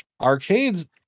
arcades